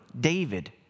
David